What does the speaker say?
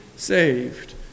Saved